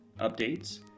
updates